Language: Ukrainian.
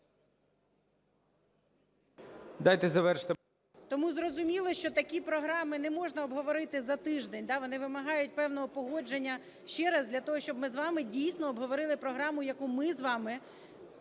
Дайте завершити. МАРКАРОВА О.С. Тому, зрозуміло, що такі програми не можна обговорити за тиждень, да, вони вимагають певного погодження ще раз для того, щоб ми з вами, дійсно, обговорили програму, яку ми з вами